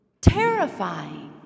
terrifying